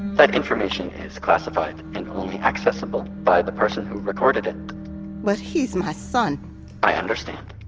that information is classified and only accessible by the person who recorded it but he's my son i understand,